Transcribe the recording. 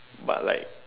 but like